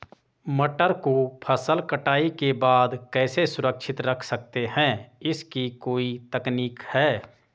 मटर को फसल कटाई के बाद कैसे सुरक्षित रख सकते हैं इसकी कोई तकनीक है?